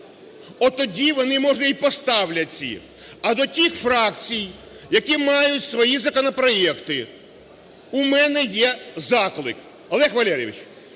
От тоді вони, може, і поставлять ці. А до тих фракцій, які мають свої законопроекти, у мене є заклик. Олег Валерійович,